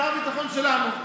שר הביטחון שלנו.